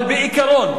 אבל בעיקרון,